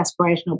aspirational